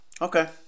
Okay